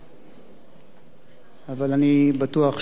אבל אני בטוח שאדוני יתמצת כדרכו.